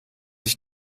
ich